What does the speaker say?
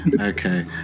Okay